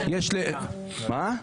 --- אתה בעד.